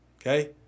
okay